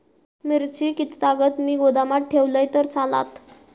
मिरची कीततागत मी गोदामात ठेवलंय तर चालात?